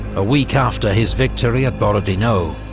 a week after his victory at borodino,